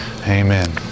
Amen